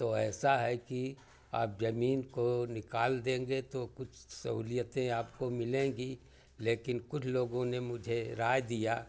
तो ऐसा है कि आप जमीन को निकाल देंगे तो कुछ सहूलियतें आपको मिलेंगी लेकिन कुछ लोगों ने मुझे राय दिया